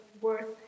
worth